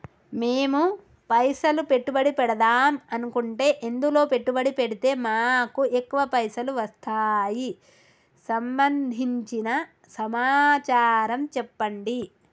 మేము పైసలు పెట్టుబడి పెడదాం అనుకుంటే ఎందులో పెట్టుబడి పెడితే మాకు ఎక్కువ పైసలు వస్తాయి సంబంధించిన సమాచారం చెప్పండి?